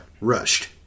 rushed